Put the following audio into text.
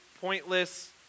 pointless